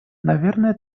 наверное